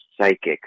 psychics